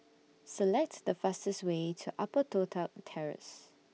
Select The fastest Way to Upper Toh Tuck Terrace